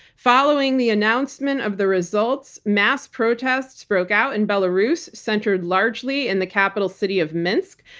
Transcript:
following the announcement of the results, mass protests broke out in belarus, centered largely in the capital city of minsk,